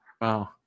wow